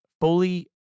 fully